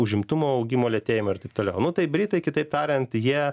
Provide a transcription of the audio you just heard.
užimtumo augimo lėtėjimą ir taip toliau nu tai britai kitaip tariant jie